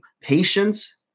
patience